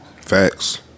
Facts